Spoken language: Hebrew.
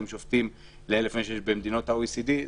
שופטים ל-1,000 נפש במדינות ה-OECD.